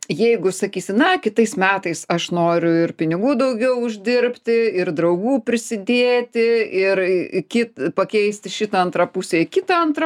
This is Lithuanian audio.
jeigu sakysi na kitais metais aš noriu ir pinigų daugiau uždirbti ir draugų prisidėti ir kit pakeisti šitą antrą pusę į kitą antrą